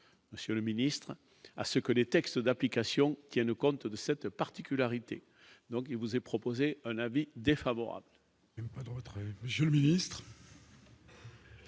monsieur le ministre, à ce que les textes d'application tiennent compte de cette particularité donc il vous est proposé un avis défavorable.